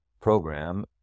program